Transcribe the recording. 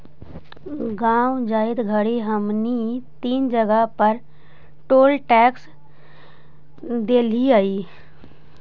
गाँव जाइत घड़ी हमनी तीन जगह पर टोल टैक्स देलिअई